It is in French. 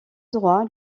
droit